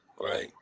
Right